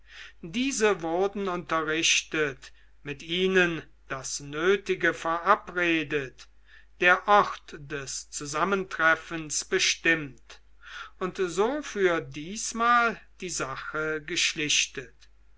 diese wurden unterrichtet mit ihnen das nötige verabredet der ort des zusammentreffens bestimmt und so für diesmal die sache geschlichtet